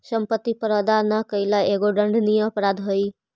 सम्पत्ति कर अदा न कैला एगो दण्डनीय अपराध हई